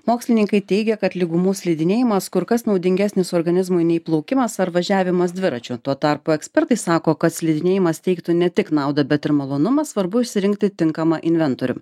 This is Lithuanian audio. mokslininkai teigia kad lygumų slidinėjimas kur kas naudingesnis organizmui nei plaukimas ar važiavimas dviračiu tuo tarpu ekspertai sako kad slidinėjimas teiktų ne tik naudą bet ir malonumą svarbu išsirinkti tinkamą inventorių